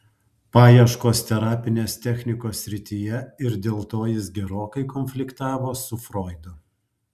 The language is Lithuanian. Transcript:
paieškos terapinės technikos srityje ir dėl to jis gerokai konfliktavo su froidu